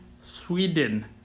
Sweden